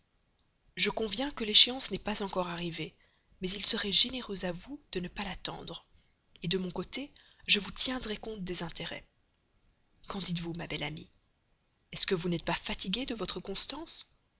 je conviens que l'échéance n'est pas encore arrivée mais il serait généreux à vous de ne pas l'attendre de mon côté je vous tiendrais compte des intérêts qu'en dites-vous ma belle amie est-ce que vous n'êtes pas fatiguée de votre constance